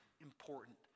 important